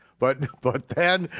but and but then,